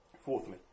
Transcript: Fourthly